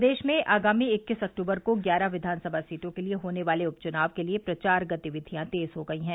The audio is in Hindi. प्रदेश में आगामी इक्कीस अक्टूबर को ग्यारह विधानसभा सीटों के लिये होने वाले उपचुनाव के लिए प्रचार गतिविधियां तेज हो गयी हैं